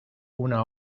una